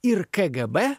ir kgb